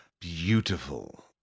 Beautiful